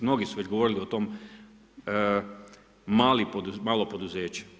Mnogi su već govorili o tom malo poduzeće.